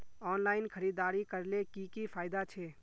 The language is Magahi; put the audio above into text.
ऑनलाइन खरीदारी करले की की फायदा छे?